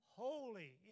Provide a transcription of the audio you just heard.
holy